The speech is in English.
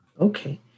okay